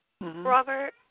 Robert